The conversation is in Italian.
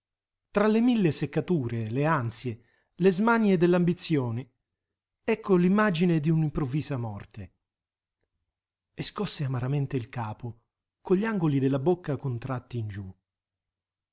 tra le mille seccature le ansie le smanie dell'ambizione ecco l'immagine di un'improvvisa morte e scosse amaramente il capo con gli angoli della bocca contratti in giù